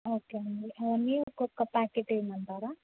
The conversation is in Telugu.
ఓకే అండి ఇవన్నీ ఒక్కొక్క ప్యాకెట్ ఇవ్వమంటారా